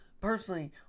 personally